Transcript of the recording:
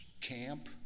camp